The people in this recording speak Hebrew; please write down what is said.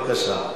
סליחה,